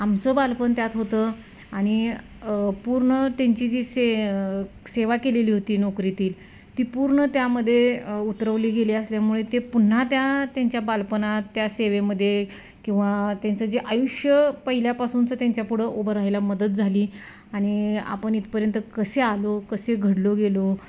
आमचं बालपण त्यात होतं आणि पूर्ण त्यांची जी से सेवा केलेली होती नोकरीतील ती पूर्ण त्यामध्ये उतरवली गेली असल्यामुळे ते पुन्हा त्या त्यांच्या बालपणात त्या सेवेमध्ये किंवा त्यांचं जे आयुष्य पहिल्यापासूनचं त्यांच्यापुढं उभं राहायला मदत झाली आणि आपण इथपर्यंत कसे आलो कसे घडलो गेलो